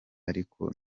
ariko